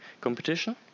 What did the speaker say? competition